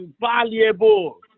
valuable